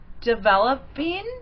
developing